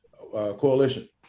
Coalition